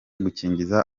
gukingiza